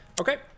Okay